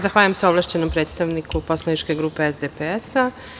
Zahvaljujem se ovlašćenom predstavniku poslaničke grupe SDPS.